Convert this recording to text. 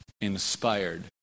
inspired